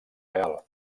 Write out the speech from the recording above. real